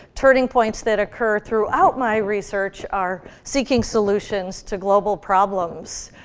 turning points that occur throughout my research are seeking solutions to global problems.